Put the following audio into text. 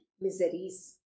miseries